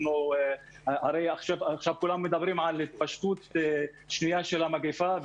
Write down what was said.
עכשיו כולם מדברים על התפשטות שנייה של המגיפה,